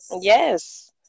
Yes